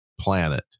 planet